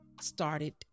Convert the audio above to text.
started